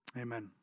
amen